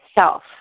self